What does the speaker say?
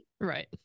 Right